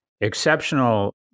exceptional